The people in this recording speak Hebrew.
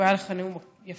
והיה לך נאום יפה,